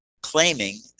claiming